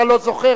אתה לא זוכר,